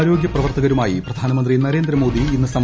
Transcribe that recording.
ആരോഗൃപ്രവർത്തകരുമായി പ്രധാനമന്ത്രി നരേന്ദ്രമോദി ഇന്ന് സംവദിക്കും